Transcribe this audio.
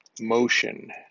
motion